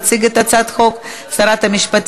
הצעת חוק הנוער (שפיטה,